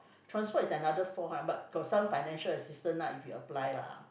transport is another four hundred but got some financial assistance ah if you apply lah